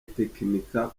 itekinika